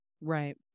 Right